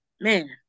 man